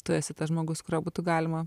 tu esi tas žmogus kurio būtų galima